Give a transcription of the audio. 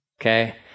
okay